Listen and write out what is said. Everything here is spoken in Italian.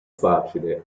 facile